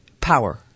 Power